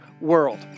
world